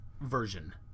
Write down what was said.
version